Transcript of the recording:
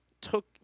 took